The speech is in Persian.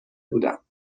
بودم